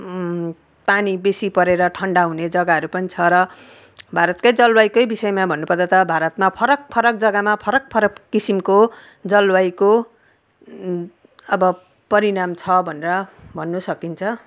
पानी बेसी परेर ठन्डा हुने जगाहरू पनि छन् र भारतको जलवायुकै विषयमा भन्नु पर्दा त भारतमा फरक फरक जगामा फरक फरक किसिमको जलवायुको अब परिणाम छ भनेर भन्नु सकिन्छ